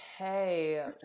okay